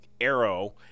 Arrow